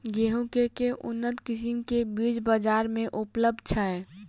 गेंहूँ केँ के उन्नत किसिम केँ बीज बजार मे उपलब्ध छैय?